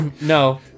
No